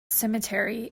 cemetery